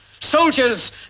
Soldiers